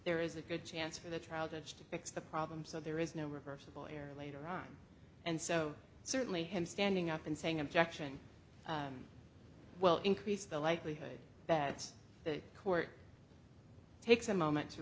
there is a good chance for the trial judge to fix the problem so there is no reversible error later on and so certainly him standing up and saying objection well increase the likelihood that the court takes a moment to